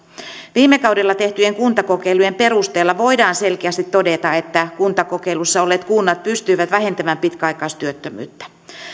viime kaudella tehtyjen kuntakokeilujen perusteella voidaan selkeästi todeta että kuntakokeilussa olleet kunnat pystyivät vähentämään pitkäaikaistyöttömyyttä